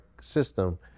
system